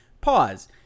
pause